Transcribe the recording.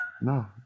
No